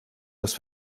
dass